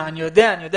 אני יודע.